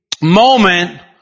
moment